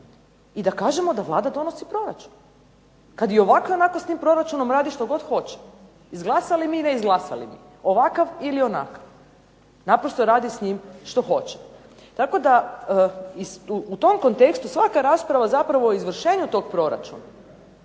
i da kažemo da Vlada donosi proračun, kada i ovako i onako s tim proračunom radi što hoće, izglasali mi ili ne izglasali mi, ovakav ili onakav. Naprosto radi s njim što hoće. Tako da u tom kontekstu svaka rasprava o izvršenju tog proračuna